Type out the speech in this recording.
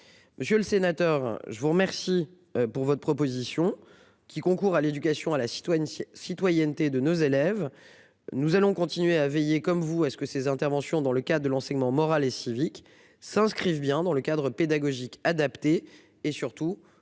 Monsieur le sénateur, je vous remercie pour votre proposition qui concourt à l'éducation à la citoyenneté citoyenneté de nos élèves. Nous allons continuer à veiller comme vous, est-ce que ces interventions dans le cas de l'enseignement moral et civique s'inscrivent bien dans le cadre pédagogique adapté et surtout